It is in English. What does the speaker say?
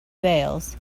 veils